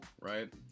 right